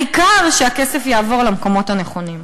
העיקר שהכסף יעבור למקומות הנכונים.